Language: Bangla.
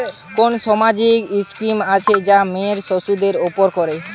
কোন সামাজিক স্কিম আছে যা মেয়ে শিশুদের উপকার করে?